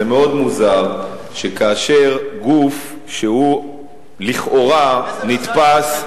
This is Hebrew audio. זה מאוד מוזר שכאשר גוף שהוא לכאורה נתפס,